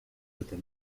within